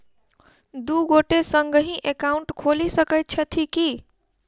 दु गोटे संगहि एकाउन्ट खोलि सकैत छथि की?